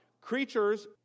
Creatures